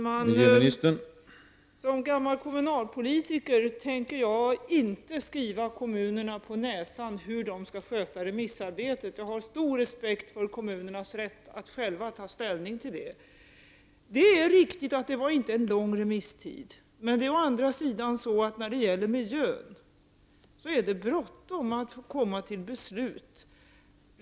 Herr talman! Som gammal kommunalpolitiker tänker jag inte skriva kommunerna på näsan hur de skall sköta remissarbetet. Jag har stor respekt för kommunernas rätt att själva ta ställning till det. Det är riktigt att remisstiden inte var lång, men å andra sidan är det bråttom att komma till beslut när det gäller miljön.